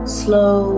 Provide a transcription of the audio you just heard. slow